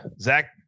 Zach